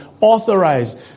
authorized